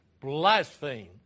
blaspheme